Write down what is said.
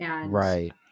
Right